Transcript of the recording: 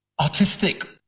artistic